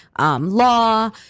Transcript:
Law